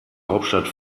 hauptstadt